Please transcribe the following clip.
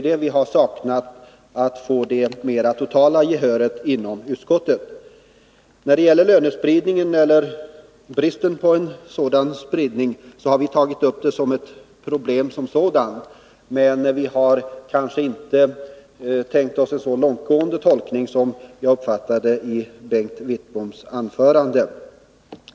Och det har vi inom utskottet saknat ett totalt gehör för. Lönespridningen eller bristen på lönespridning har vi tagit upp som ett problem som sådant, men vi har inte tänkt oss en så långtgående tolkning som Bengt Wittbom gjorde i sitt anförande.